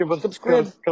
Subscribe